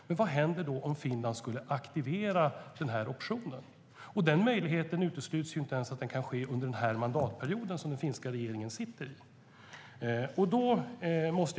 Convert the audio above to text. Det kan inte uteslutas att den möjligheten finns, inte ens under den här mandatperioden under vilken den finska regeringen sitter. Fru talman!